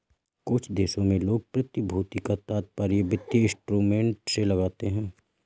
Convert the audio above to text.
कुछ देशों में लोग प्रतिभूति का तात्पर्य वित्तीय इंस्ट्रूमेंट से लगाते हैं